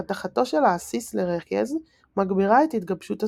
הרתחתו של העסיס לרכז מגבירה את התגבשות הסוכר.